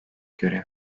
görev